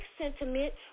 sentiment